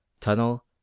tunnel